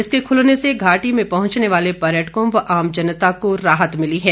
इसके खुलने से घाटी में पहुंचने वाले पर्यटकों व आम जनता को राहत मिली है